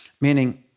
meaning